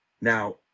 Now